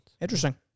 Interesting